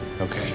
Okay